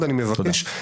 לא, אני לא רוצה